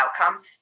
outcome